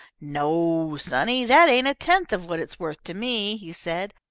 no, sonny, that ain't a tenth of what it's worth to me, he said.